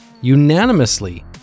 unanimously